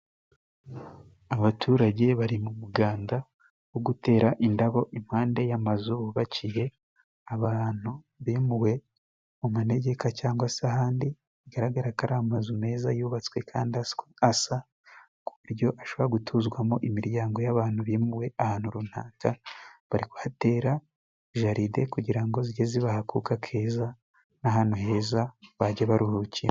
Abaturage bari mu muganda wo gutera indabo impande y'amazu bubakiye abantu bimuwe mu manegeka cyangwa se ahandi, bigaragara ko ari amazu meza, yubatswe kandi asa ku buryo ashobora gutuzwamo imiryango y'abantu bimuwe ahantu runaka. Bari kuhatera jalide kugira ngo zige zibaha akuka keza n'ahantu heza bajya baruhukira.